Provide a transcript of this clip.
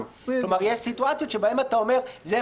כלומר יש סיטואציות שבהן אומרים זה,